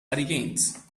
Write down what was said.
hurricanes